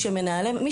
ידעו,